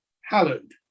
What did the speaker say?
hallowed